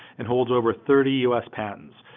and holds over thirty us patents.